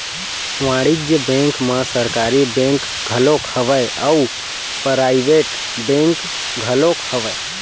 वाणिज्य बेंक म सरकारी बेंक घलोक हवय अउ पराइवेट बेंक घलोक हवय